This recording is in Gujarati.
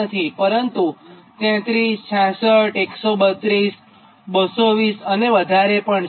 નથી પરંતુ 33 66 132 220 અને વધારે પણ છે